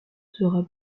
sera